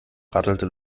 radelte